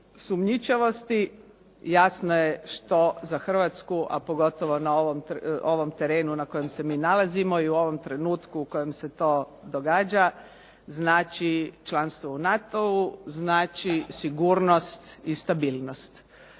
sumnjičavosti. Jasno je što za Hrvatsku, a pogotovo na ovom terenu na kojem se mi nalazimo i u ovom trenutku u kojem se to događa, znači članstvo u NATO-u, znači sigurnost i stabilnost.